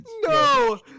no